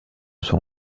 son